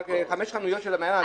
5 חנויות של "מעיין אלפיים" בירושלים.